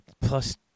Plus